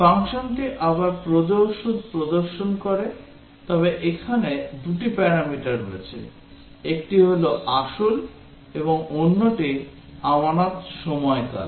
ফাংশনটি আবার প্রদেয় সুদ প্রদর্শন করে তবে এখানে দুটি প্যারামিটার রয়েছে একটি হল আসল এবং অন্যটি আমানত সময়কাল